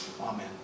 Amen